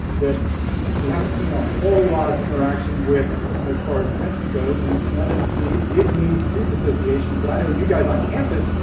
that we haven't seen a whole lot of interaction with as far as commencement goes and and that is the vietnamese student association. but i know you guys on campus,